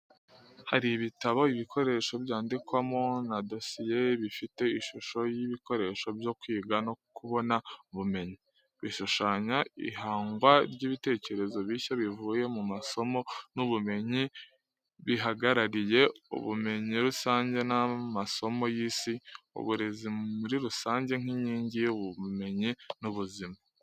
Hari ibitabo, ibikoresho byandikwamo, na dosiye, bifite ishusho y’ibikoresho byo kwiga no kubona ubumenyi. Bishushanya ihangwa ry’ibitekerezo bishya bivuye mu masomo n’ubumenyi. Bihagarariye ubumenyi rusange n’amasomo y’isi. uburezi muri rusange nk’inkingi y’ubumenyi n’ubuzima.